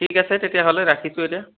ঠিক আছে তেতিয়াহ'লে ৰাখিছোঁ এতিয়া